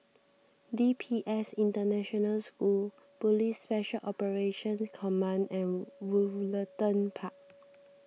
D P S International School Police Special Operations Command and Woollerton Park